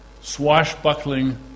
swashbuckling